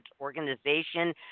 organization